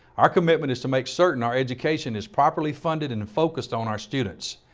our commitment is to make certain our education is properly funded anfocused on our students.